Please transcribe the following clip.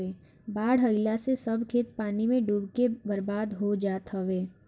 बाढ़ आइला से सब खेत पानी में डूब के बर्बाद हो जात हवे